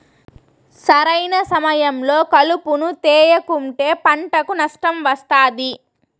సరైన సమయంలో కలుపును తేయకుంటే పంటకు నష్టం వస్తాది